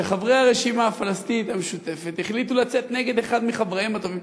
שחברי הרשימה הפלסטינית המשותפת החליטו לצאת נגד אחד מחבריהם הטובים,